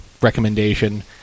recommendation